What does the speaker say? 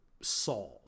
solve